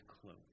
cloak